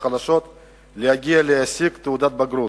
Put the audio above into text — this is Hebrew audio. החלשות הרבה סיכויים להשיג תעודת בגרות,